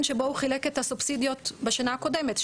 שבו הוא חילק את הסובסידיות בשנה הקודמת?